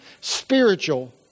spiritual